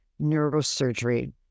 neurosurgery